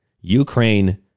Ukraine